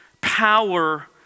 power